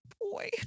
boy